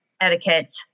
etiquette